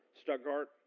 Stuttgart